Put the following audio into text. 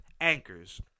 anchors